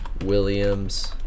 Williams